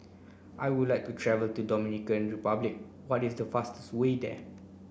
I would like to travel to Dominican Republic what is the fastest way there